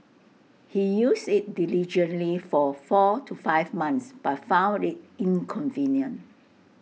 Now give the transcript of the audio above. he used IT diligently for four to five months but found IT inconvenient